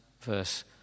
verse